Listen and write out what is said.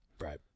Right